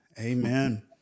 Amen